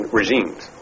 regimes